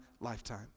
lifetime